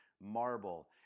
marble